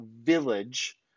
Village